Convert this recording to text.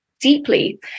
deeply